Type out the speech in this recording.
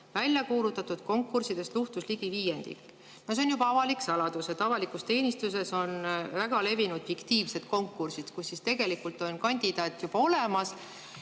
väljakuulutatud konkurssidest luhtus ligi viiendik. See on avalik saladus, et avalikus teenistuses on väga levinud fiktiivsed konkursid, kus tegelikult on kandidaat juba olemas